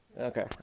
Okay